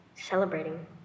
celebrating